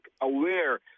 aware